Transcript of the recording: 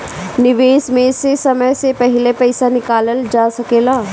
निवेश में से समय से पहले पईसा निकालल जा सेकला?